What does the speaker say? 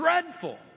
dreadful